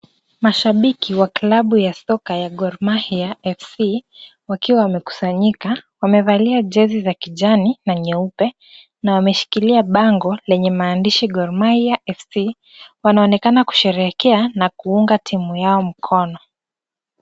Mashabiki wa klabu ya soka ya Gor Mahia FC wakiwa wamekusanyika. Wamevalia jezi za kijani na nyeupe na wameshikilia bango lenye maandishi Gor Mahia FC. Wanaonekana kusherehekea na kuunga timu yao mkono.